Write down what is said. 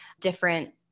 different